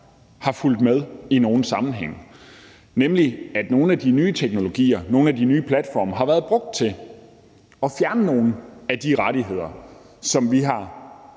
er fulgt med i nogle sammenhænge, nemlig at nogle af de nye teknologier, nogle af de nye platforme, har været brugt til at fjerne nogle af de rettigheder, som vi har